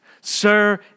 sir